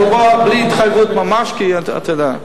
אבל בוא, בלי התחייבות ממש, כי אתה יודע.